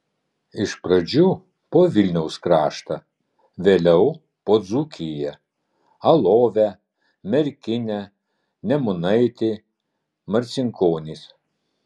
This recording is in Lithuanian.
iš pradžių po vilniaus kraštą vėliau po dzūkiją alovę merkinę nemunaitį marcinkonis